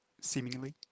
seemingly